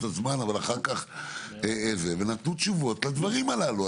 לקח קצת זמן אבל אחר-כך נתנו תשובות לדברים הללו.